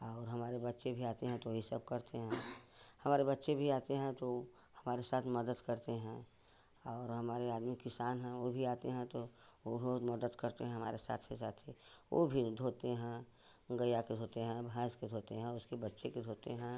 और हमारे बच्चे भी आते हैं तो यह सब करते हैं हमारे बच्चे भी आते हैं तो हमारे साथ मदद करते हैं और हमारे आदमी किसान हैं वह भी आते हैं तो वह भी बहुत मदद करते हैं हमारे साथ ही साथ वह भी धोते हैं गैया को धोते हैं भैंस को धोते हैं उसकी बच्चे को धोते हैं